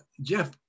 Jeff